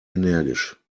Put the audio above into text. energisch